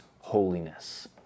holiness